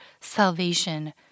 salvation